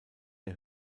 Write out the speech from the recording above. der